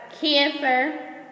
cancer